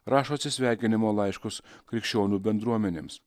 rašo atsisveikinimo laiškus krikščionių bendruomenėms